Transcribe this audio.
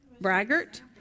braggart